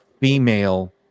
female